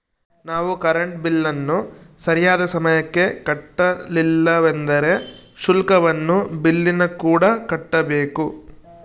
ನಾವು ಕರೆಂಟ್ ಬಿಲ್ಲನ್ನು ಸರಿಯಾದ ಸಮಯಕ್ಕೆ ಕಟ್ಟಲಿಲ್ಲವೆಂದರೆ ಶುಲ್ಕವನ್ನು ಬಿಲ್ಲಿನಕೂಡ ಕಟ್ಟಬೇಕು